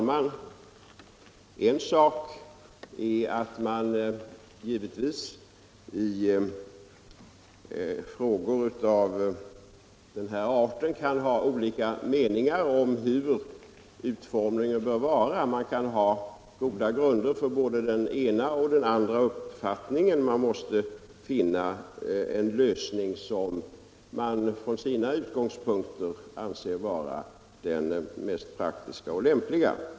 Herr talman! I frågor av den här arten kan man givetvis ha olika meningar om utformningen och ha goda grunder för både den ena och den andra uppfattningen. Man måste finna en lösning som från de egna utgångspunkterna är den mest praktiska och lämpliga.